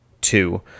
two